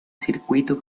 circuito